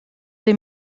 des